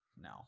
No